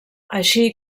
així